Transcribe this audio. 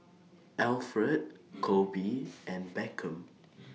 Alfred Kobe and Beckham